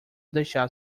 deixar